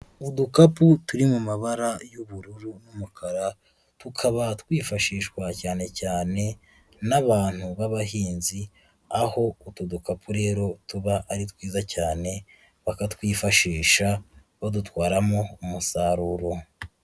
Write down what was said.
Udukapu turi mu mabara y'ubururu n'umukara, tukaba twifashishwa cyane cyane n'abantu b'abahinzi, aho utu dukapu rero tuba ari twiza cyane, bakatwifashisha badutwaramo umusaruro.